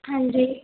ਹਾਂਜੀ